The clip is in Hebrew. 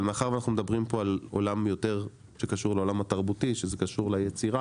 מאחר שאנחנו מדברים על מה שקשור יותר לעולם התרבותי שקשור ליצירה